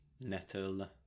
nettle